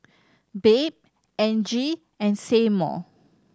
Babe Angie and Seymour